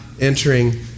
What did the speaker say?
entering